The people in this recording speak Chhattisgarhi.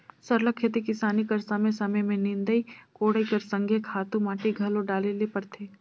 सरलग खेती किसानी कर समे समे में निंदई कोड़ई कर संघे खातू माटी घलो डाले ले परथे